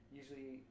usually